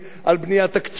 על בנייה תקציבית,